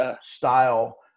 style